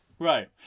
Right